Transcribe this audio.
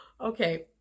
Okay